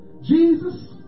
Jesus